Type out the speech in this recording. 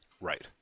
Right